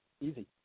Easy